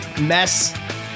mess